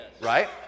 right